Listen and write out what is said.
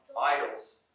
idols